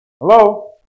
Hello